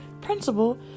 principal